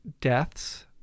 deaths